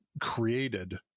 created